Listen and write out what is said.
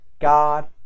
God